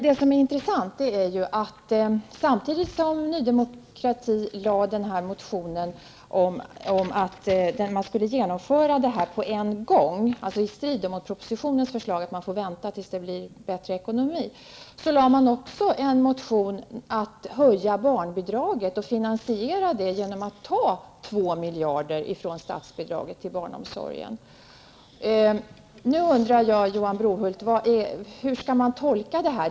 Det intressanta här är att Ny Demokrati har väckt en motion där det står att detta skall genomföras på en gång -- i strid med vad som sägs i propositionen om att man får vänta tills ekonomin blir bättre -- och att man samtidigt har väckt en motion om en höjning av statsbidraget. Denna höjning skulle finansieras genom att två miljarder tas från statsbidraget för att gå till barnomsorgen. Jag undrar därför, Johan Brohult, hur detta skall tolkas.